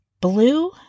blue